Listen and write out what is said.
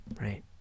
right